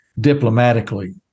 diplomatically